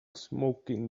smoking